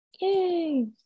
yay